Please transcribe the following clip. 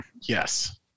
Yes